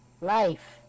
Life